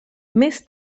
més